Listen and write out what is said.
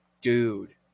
dude